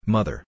Mother